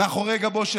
מאחורי גבו של